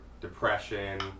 depression